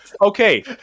Okay